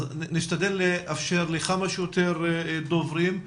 אז נשתדל לאפשר לכמה שיותר דוברים,